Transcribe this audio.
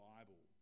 Bible